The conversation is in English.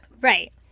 Right